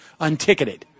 unticketed